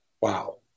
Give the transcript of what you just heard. Wow